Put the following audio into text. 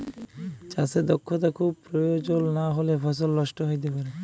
চাষে দক্ষতা খুব পরয়োজল লাহলে ফসল লষ্ট হ্যইতে পারে